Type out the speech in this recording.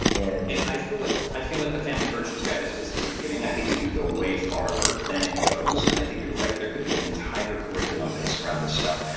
and and i feel like i feel like the family virtues guide is just the beginning. i think you could go way farther than it goes. and i think you are right, there could be an entire curriculum based around this stuff.